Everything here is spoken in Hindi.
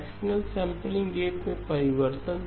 फ्रेक्शनल सैंपलिंग रेट में परिवर्तन